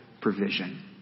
provision